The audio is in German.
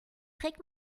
trägt